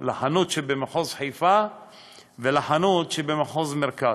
לחנות שבמחוז חיפה ולחנות שבמחוז המרכז.